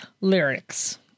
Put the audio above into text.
lyrics